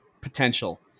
potential